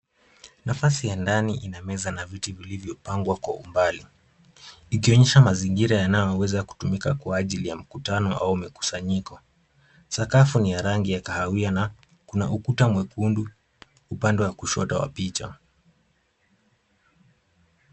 Nafasi ya ndani ina meza na viti vilivyopangwa kwa umbali ikionyesha mazingira yanayoweza kutumika kwa ajili ya mikutano au mikusanyiko. Sakafu ni ya rangi ya kahawia na kuna ukuta mwekundu upande wa kushoto wa picha.